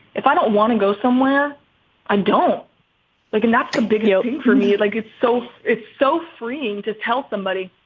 if i don't want to go somewhere i don't like and that's a big deal for me. like, it's so it's so freeing to tell somebody.